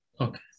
Okay